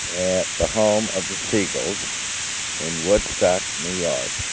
at the home of the spiegels in woodstock new york.